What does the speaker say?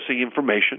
information